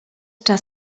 jednak